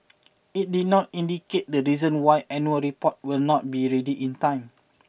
it did not indicate the reason why annual report will not be ready in time